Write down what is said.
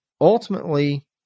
Ultimately